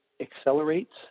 accelerates